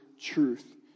truth